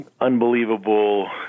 unbelievable